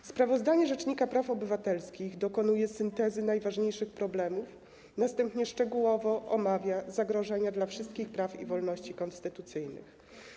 W sprawozdaniu rzecznika praw obywatelskich dokonano syntezy najważniejszych problemów, następnie szczegółowo omówiono zagrożenia dla wszystkich praw i wolności konstytucyjnych.